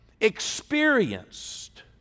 experienced